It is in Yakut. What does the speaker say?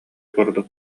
курдук